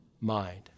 mind